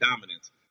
dominance